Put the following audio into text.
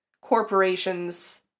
corporations